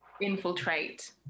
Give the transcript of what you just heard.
infiltrate